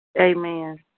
Amen